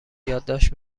یادداشت